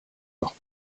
leur